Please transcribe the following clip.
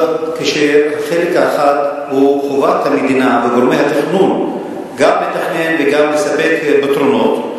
החלק האחד הוא חובת המדינה וגורמי התכנון גם לתכנן וגם לספק פתרונות.